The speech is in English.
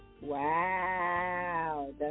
Wow